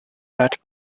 rhett